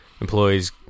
employees